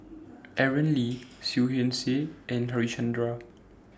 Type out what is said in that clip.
Aaron Lee Seah Liang Seah and Harichandra